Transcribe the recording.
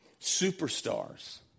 superstars